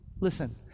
Listen